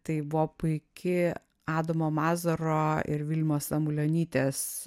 tai buvo puiki adomo mazūro ir vilmos samulionytės